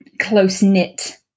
close-knit